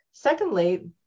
Secondly